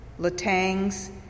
Latang's